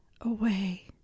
away